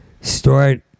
Start